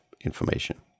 information